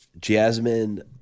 Jasmine